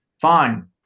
fine